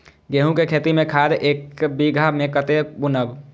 गेंहू के खेती में खाद ऐक बीघा में कते बुनब?